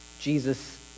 Jesus